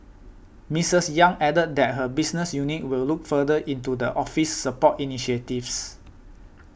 Misters Yang added that her business unit will look further into the Office's support initiatives